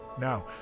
No